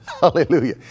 Hallelujah